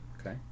Okay